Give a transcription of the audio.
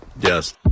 Yes